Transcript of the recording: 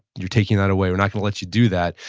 you're taking that away, we're not going to let you do that.